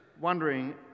wondering